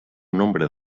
nombre